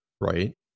right